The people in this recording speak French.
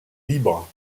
libre